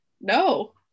no